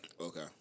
Okay